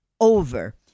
over